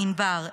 Inbar,